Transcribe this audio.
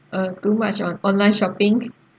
uh too much on online shopping